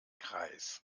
kreis